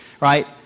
right